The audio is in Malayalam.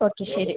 ഓക്കെ ശരി